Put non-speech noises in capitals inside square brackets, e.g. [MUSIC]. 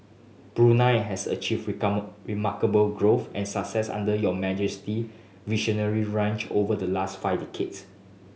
Brunei has achieved [UNINTELLIGIBLE] remarkable growth and success under Your Majesty visionary reign over the last five decades